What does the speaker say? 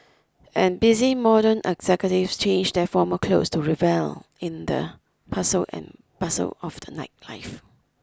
and busy modern executives change their formal clothes to revel in the hustle and bustle of the nightlife